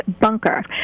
bunker